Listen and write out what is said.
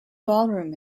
ballroom